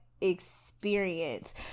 experience